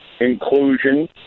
inclusion